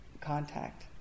contact